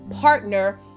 partner